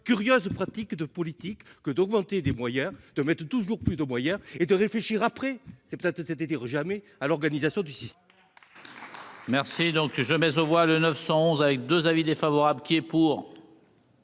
curieuses pratiques de politique que d'augmenter des moyens de mettre toujours plus de moyens et de réfléchir après c'est peut-être cet été, jamais à l'organisation du site.